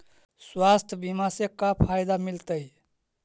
स्वास्थ्य बीमा से का फायदा मिलतै?